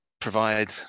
provide